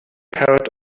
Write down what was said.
parrot